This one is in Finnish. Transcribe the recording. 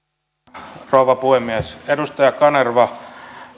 arvoisa rouva puhemies edustaja kanerva